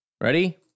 Ready